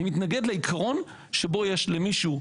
אני מתנגד לעיקרון שבו יש למישהו,